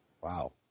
Wow